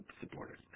supporters